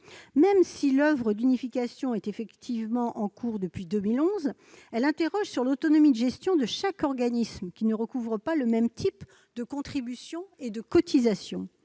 Même si l'oeuvre d'unification est effectivement en cours depuis 2011, elle interroge sur l'autonomie de gestion des organismes, qui ne recouvrent pas tous le même type de contributions et de cotisations.